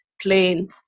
plain